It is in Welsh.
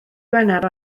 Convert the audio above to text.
gwener